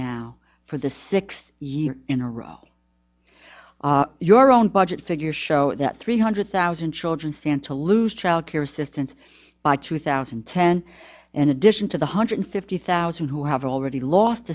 now for the sixth year in a row your own budget figures show that three hundred thousand children stand to lose child care assistance by two thousand and ten in addition to the hundred fifty thousand who have already lost